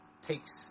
takes